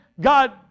God